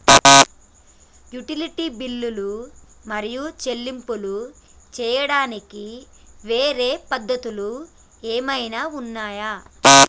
Utility బిల్లులు మరియు చెల్లింపులు చేయడానికి వేరే పద్ధతులు ఏమైనా ఉన్నాయా?